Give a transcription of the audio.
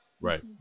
Right